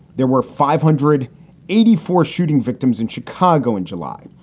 there were five hundred eighty four shooting victims in chicago in july.